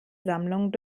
sammlung